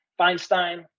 Feinstein